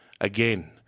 again